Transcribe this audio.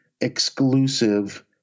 exclusive